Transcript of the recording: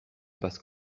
passe